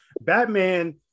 Batman